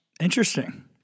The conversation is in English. interesting